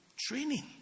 Training